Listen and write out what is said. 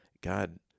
God